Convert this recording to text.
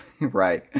Right